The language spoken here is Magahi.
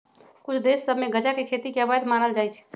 कुछ देश सभ में गजा के खेती के अवैध मानल जाइ छै